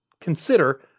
consider